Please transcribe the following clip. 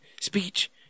speech